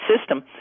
system